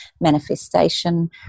manifestation